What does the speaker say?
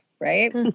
Right